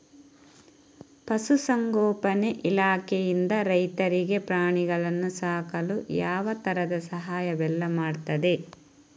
ಪಶುಸಂಗೋಪನೆ ಇಲಾಖೆಯಿಂದ ರೈತರಿಗೆ ಪ್ರಾಣಿಗಳನ್ನು ಸಾಕಲು ಯಾವ ತರದ ಸಹಾಯವೆಲ್ಲ ಮಾಡ್ತದೆ?